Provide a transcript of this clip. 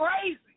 crazy